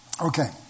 Okay